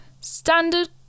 standard